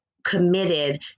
committed